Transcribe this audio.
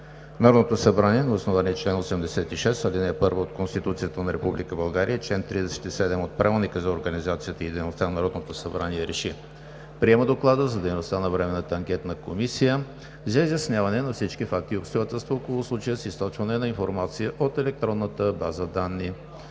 Народното събрание на основание чл. 86, ал. 1 от Конституцията на Република България и чл. 37 от Правилника за организацията и дейността на Народното събрание РЕШИ: Приема Доклада за дейността на Временната анкетна комисия за изясняване на всички факти и обстоятелства около случая с източване на информация от електронната база данни